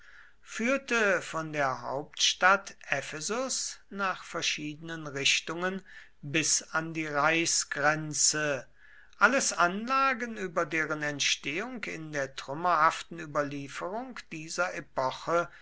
führte von der hauptstadt ephesus nach verschiedenen richtungen bis an die reichsgrenze alles anlagen über deren entstehung in der trümmerhaften überlieferung dieser epoche